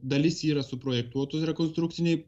dalis yra suprojektuotų rekonstrukciniai